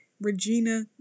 Regina